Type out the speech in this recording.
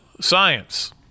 Science